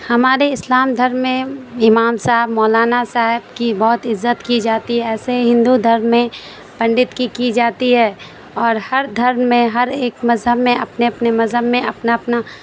ہمارے اسلام دھرم میں امام صاحب مولانا صاحب کی بہت عزت کی جاتی ہے ایسے ہندو دھرم میں پنڈت کی کی جاتی ہے اور ہر دھرم میں ہر ایک مذہب میں اپنے اپنے مذہب میں اپنا اپنا